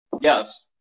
yes